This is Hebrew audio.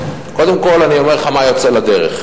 קודם כול אני אומר לך מה יוצא לדרך,